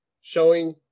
showing